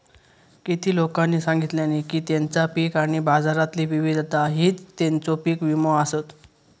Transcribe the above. किती लोकांनी सांगल्यानी की तेंचा पीक आणि बाजारातली विविधता हीच तेंचो पीक विमो आसत